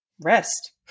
rest